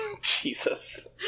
Jesus